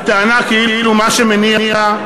הטענה כאילו מה שמניע,